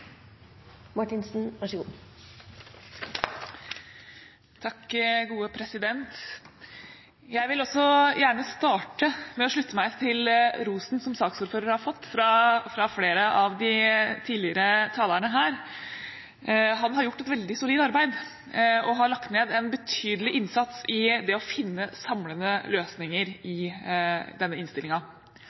bredere. Og så merker jeg meg at Stortinget nå går et skritt lenger. Replikkordskiftet er omme. Jeg vil også gjerne starte med å slutte meg til rosen som saksordføreren har fått fra flere av de tidligere talerne her. Han har gjort et veldig solid arbeid, og har lagt ned en betydelig innsats i det å finne samlende løsninger i denne